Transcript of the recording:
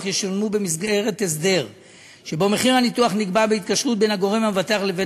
ישולמו במסגרת הסדר שבו מחיר הניתוח נקבע בהתקשרות בין הגורם המבטח לבין